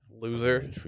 loser